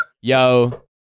yo